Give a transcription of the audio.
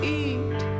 eat